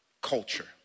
culture